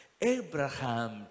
Abraham